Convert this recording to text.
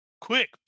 Quick